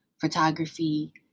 photography